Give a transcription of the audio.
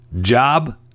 job